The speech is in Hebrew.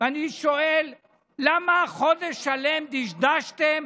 ואני שואל: למה חודש דשדשתם